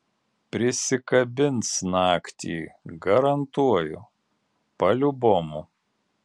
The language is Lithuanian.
prisikabins naktį garantuoju paliubomu